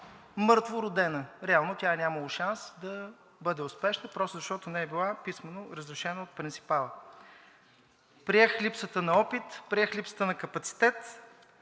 мъртво родена, реално тя е нямало шанс да бъде успешна, защото не е била писмено разрешена от принципала. Приех липсата на опит, приех липсата на капацитет,